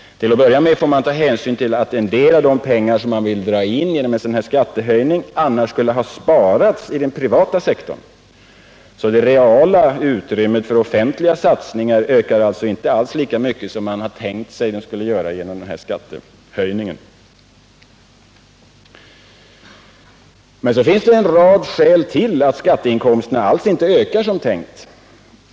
Till att börja med får man ta hänsyn till att en del av de pengar som man vill dra in annars sparats i den privata sektorn. Det realekonomiska utrymmet för offentliga satsningar ökar alltså inte lika mycket som skatteinkomsterna tänks göra. Men så finns då en rad skäl till att skatteinkomsterna alls inte ökar som tänkt.